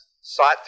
sought